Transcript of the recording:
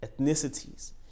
ethnicities